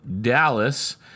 Dallas